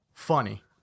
funny